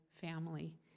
family